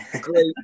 great